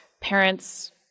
parents